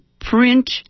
print